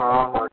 ହଁ ହଁ